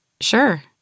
Sure